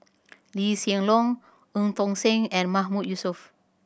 Lee Hsien Loong Eu Tong Sen and Mahmood Yusof